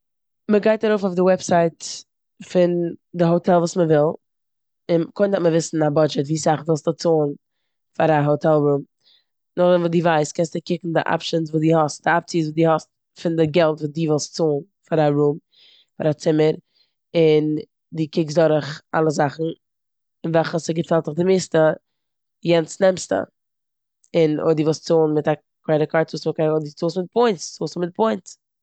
מ'גייט ארויף אויף די וועבסייט פון די האטעל וואס מ'וויל און קודם דארף מען וויסן א בודשעט ווי סאך ווילסטו צאלן פאר א האטעל רום. נאכדעם וואס די ווייסט קענסטו קוקן די אפשינס וואס די האסט, די אפציעס וואס די האסט פון די געלט וואס די ווילסט צאלן פאר א רום- פאר א ציממער און די קוקסט דורך אלע זאכן און וועלכע ס'געפעלט דיך די מערסטע יענס נעמסטו און אויב די ווילסט צאלן מיט א קרעדיט קארד צאלסטו מיט א קרעדיט קארד און אויב די צאלסט מיט פוינטס צאלסטו מיט פוינטס.